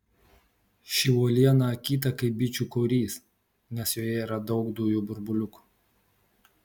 ši uoliena akyta kaip bičių korys nes joje yra daug dujų burbuliukų